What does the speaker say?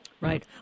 Right